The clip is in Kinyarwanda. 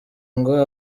ngo